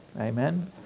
Amen